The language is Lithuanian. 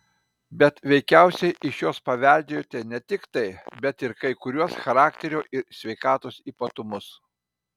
bet veikiausiai iš jos paveldėjote ne tik tai bet ir kai kuriuos charakterio ir sveikatos ypatumus